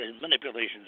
manipulations